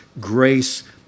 grace